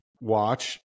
watch